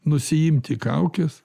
nusiimti kaukes